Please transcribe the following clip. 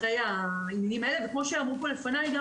כמו שאמרו פה לפניי,